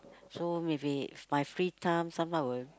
so maybe it's my free time sometime I will